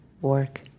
work